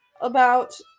About-